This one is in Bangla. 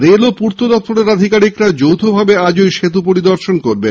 রেল ও পূর্ত দফতরের আধিকারিকরা যৌথভাবে আজ ওই সেতু পরিদর্শন করবেন